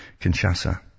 Kinshasa